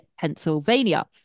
Pennsylvania